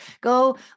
Go